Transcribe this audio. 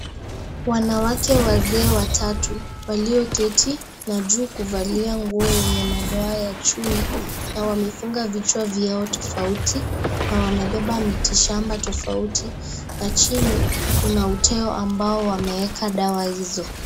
Wanawake wazee watatu, walioketi na juu kuvalia nguo yenye madoa ya chui na wamefunga vichwa vyao tofauti na wamebeba mitishamba tofauti, na chini kuna uteo ambao wameweka dawa hizo.